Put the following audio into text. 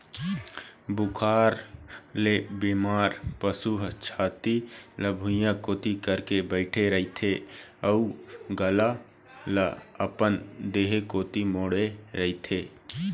बुखार ले बेमार पशु ह छाती ल भुइंया कोती करके बइठे रहिथे अउ गला ल अपन देह कोती मोड़े रहिथे